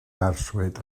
arswyd